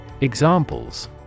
Examples